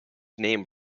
name